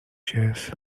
chess